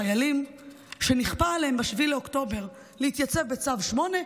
חיילים שנכפה עליהם ב-7 באוקטובר להתייצב בצו 8,